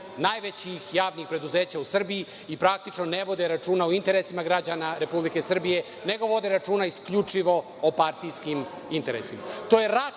najvećih javnih preduzeća u Srbiji i praktično ne vode računa o interesima građana Republike Srbije, nego vode računa isključivo o partijskim interesima.